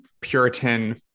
puritan